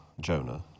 Jonah